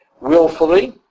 willfully